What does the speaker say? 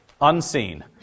Unseen